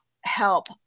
help